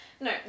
No